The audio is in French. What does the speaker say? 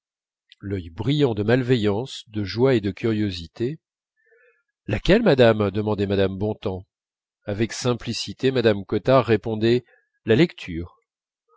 l'œil brillant de malveillance de joie et de curiosité laquelle madame demandait mme bontemps avec simplicité mme cottard répondait la lecture